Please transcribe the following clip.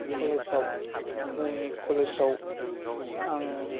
कलेजाव मुंनि कलेजाव आं